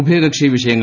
ഉഭയകക്ഷി വിഷയങ്ങൾ